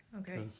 Okay